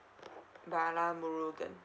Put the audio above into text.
bala murgan